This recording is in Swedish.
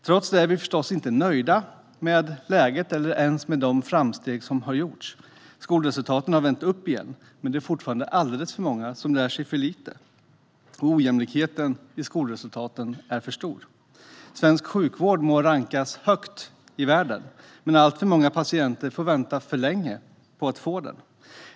Trots det är vi förstås inte nöjda med läget eller ens med de framsteg som har gjorts. Skolresultaten har vänt uppåt igen, men det är fortfarande alldeles för många som lär sig för lite och ojämlikheten i skolresultaten är för stor. Svensk sjukvård må rankas högt i världen, men alltför många patienter får vänta för länge på att få den.